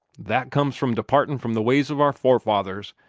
that comes from departin' from the ways of our forefathers,